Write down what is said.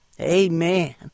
Amen